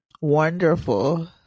wonderful